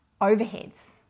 overheads